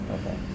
Okay